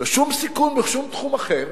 לשום סיכון בשום תחום אחר,